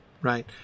right